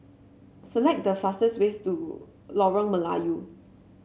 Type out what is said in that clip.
select the fastest ways to Lorong Melayu